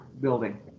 building